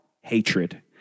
hatred